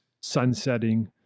sunsetting